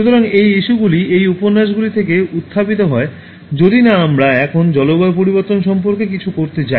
সুতরাং এই ইস্যুগুলি এই উপন্যাসগুলি থেকে উত্থাপিত হয় যদি না আমরা এখন জলবায়ু পরিবর্তন সম্পর্কে কিছু করতে যাই